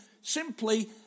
simply